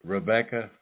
Rebecca